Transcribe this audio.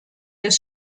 des